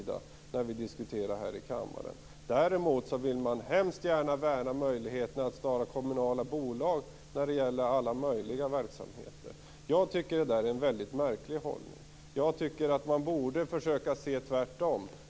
Däremot vill socialdemokraterna hemskt gärna värna möjligheterna att starta kommunala bolag för alla möjliga verksamheter. Jag tycker att det är en mycket märklig hållning. Man borde försöka se det tvärtom.